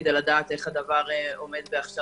כדי לדעת את הדעות של הגורמים המכשירים.